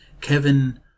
Kevin